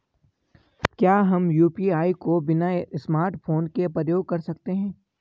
क्या हम यु.पी.आई को बिना स्मार्टफ़ोन के प्रयोग कर सकते हैं?